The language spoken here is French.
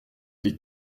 des